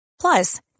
Plus